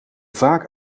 vaak